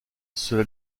cela